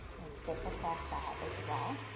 and stitch across that as well.